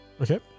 Okay